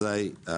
אזי,